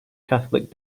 catholic